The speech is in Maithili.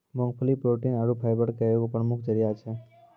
मूंगफली प्रोटीन आरु फाइबर के एगो प्रमुख जरिया छै